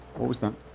what was that?